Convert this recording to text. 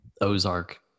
Ozark